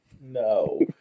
no